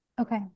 Okay